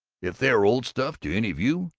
if they are old stuff to any of you,